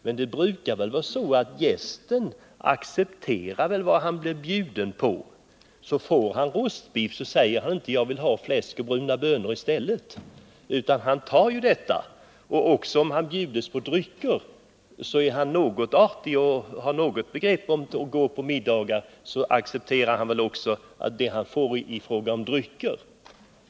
Men det brukar väl vara så att gästen accepterar vad han blir bjuden på. Får han rostbiff säger han inte: Jag vill ha fläsk och bruna bönor i stället. Han tar det han får, och om han bjuds på drycker accepterar han väl — om han har något begrepp om hur man uppför sig på middagar och är någorlunda artig — också det han får i fråga om drycker.